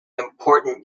important